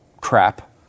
crap